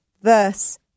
verse